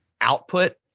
output